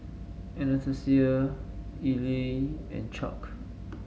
Anastasia Elie and Chuck